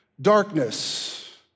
darkness